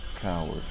Coward